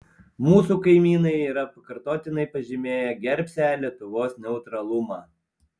mūsų kaimynai yra pakartotinai pažymėję gerbsią lietuvos neutralumą